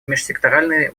межсекторальные